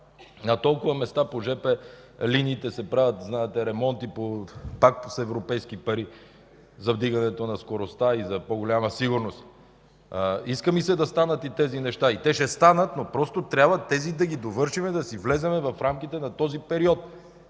на толкова места по жп линиите се правят, знаете, ремонти пак с европейски пари за вдигането на скоростта и за по-голяма сигурност. Иска ми се да станат и тези неща. И те ще станат, но просто трябва тези да ги довършим, да си влезем в рамките на този период.